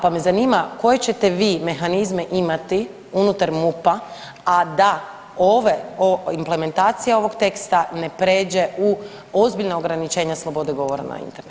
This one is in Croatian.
Pa me zanima koje ćete vi mehanizme imati unutar MUP-a a da ove, implementacija ovog teksta ne pređe u ozbiljno ograničenje slobode govora na internetu.